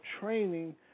training